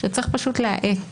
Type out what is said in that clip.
צריך פשוט להאט